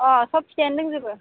अ सब फिथाइयानो दंजोबो